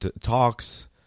talks